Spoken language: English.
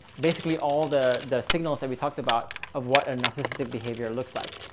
basically all the the signals that we talked about of what a narcissistic behavior looks like,